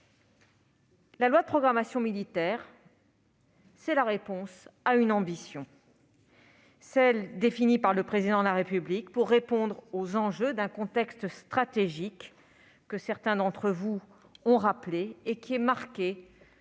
La loi de programmation militaire, c'est la réponse à une ambition, celle que le Président de la République a définie pour répondre aux enjeux d'un contexte stratégique- certains d'entre vous en ont rappelé les contours -marqué